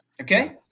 Okay